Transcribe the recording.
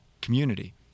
community